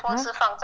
!huh!